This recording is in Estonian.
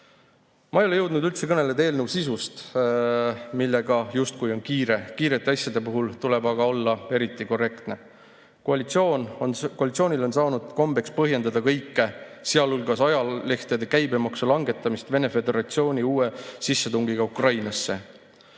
Ma ei ole jõudnud üldse kõneleda eelnõu sisust, millega justkui on kiire. Kiirete asjade puhul tuleb aga olla eriti korrektne. Koalitsioonil on saanud kombeks põhjendada kõike, sealhulgas ajalehtede käibemaksu langetamist, Venemaa Föderatsiooni uue sissetungiga Ukrainasse.